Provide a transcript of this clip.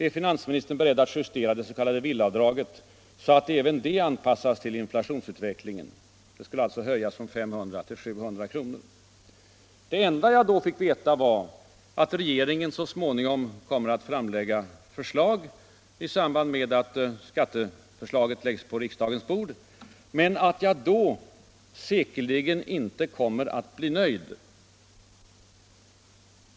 Är finansministern beredd att justera det s.k. villaavdraget, så att även det anpassas till inflationsutvecklingen? — Det skulle alltså höjas från 500 till 700 kr. Det enda jag då fick veta var att regeringen så småningom kommer att framlägga förslag i samband med att skatteförslaget läggs på riksdagens bord, men att jag säkerligen inte kommer att bli nöjd.